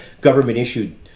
government-issued